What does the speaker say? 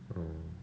oh